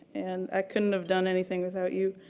and ah couldn't have done anything without you.